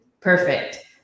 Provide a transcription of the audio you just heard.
Perfect